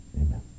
amen